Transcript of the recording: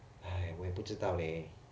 哎我也不知道 leh